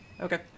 Okay